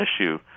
issue